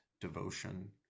devotion